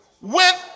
went